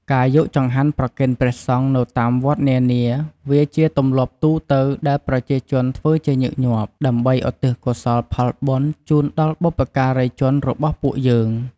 ការយកចង្កាន់ប្រគេនព្រះសង្ឃនៅតាមវត្តនានាវាជាទម្លាប់ទូទៅដែលប្រជាជនធ្វើជាញឺកញាប់ ដើម្បីឧទ្ទិសកុសលផលបុណ្យជូនដល់បុព្វការីជនរបស់ពួកយើង។